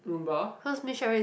Rumba